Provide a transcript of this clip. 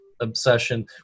obsession